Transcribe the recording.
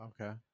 Okay